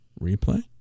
Replay